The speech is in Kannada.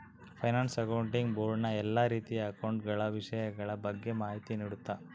ಫೈನಾನ್ಸ್ ಆಕ್ಟೊಂಟಿಗ್ ಬೋರ್ಡ್ ನ ಎಲ್ಲಾ ರೀತಿಯ ಅಕೌಂಟ ಗಳ ವಿಷಯಗಳ ಬಗ್ಗೆ ಮಾಹಿತಿ ನೀಡುತ್ತ